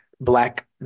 black